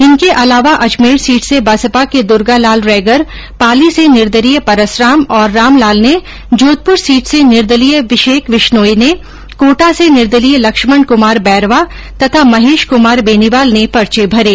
इनके अलावा अजमेर सीट से बसपा के द्र्गालाल रैगर पाली से निर्दलीय परसराम और रामलाल ने जोधप्र सीट से निर्दलीय विशेक विश्नोई ने कोटा से निर्दलीय लक्ष्मण कुमार बैरवा तथा महेश कुमार बेनीवाल ने पर्चे भरे